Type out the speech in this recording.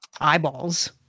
eyeballs